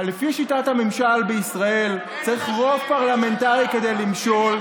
לפי שיטת הממשל בישראל צריך רוב פרלמנטרי כדי למשול,